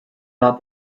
not